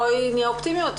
בואי נהיה אופטימיות,